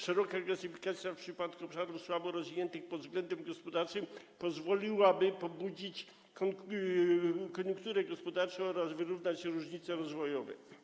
Szeroka gazyfikacja w przypadku obszarów słabo rozwiniętych pod względem gospodarczym pozwoliłaby pobudzić koniunkturę gospodarczą oraz wyrównać różnice rozwojowe.